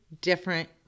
different